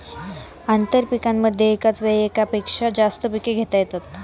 आंतरपीकांमध्ये एकाच वेळी एकापेक्षा जास्त पिके घेता येतात